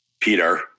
peter